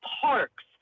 Parks